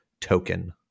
token